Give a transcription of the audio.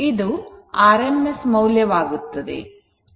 ಇದು rms ಮೌಲ್ಯವಾಗುತ್ತದೆ